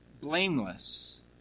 Blameless